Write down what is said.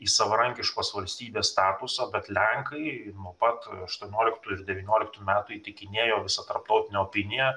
į savarankiškos valstybės statusą bet lenkai nuo pat aštuonioliktų ir devynioliktų metų įtikinėjo visą tarptautinę opiniją